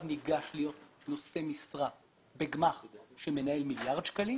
ניגש להיות נושא משרה בגמ"ח שמנהל מיליארד שקלים